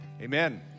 amen